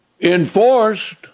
enforced